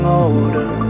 older